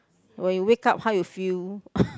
when you wake up how you feel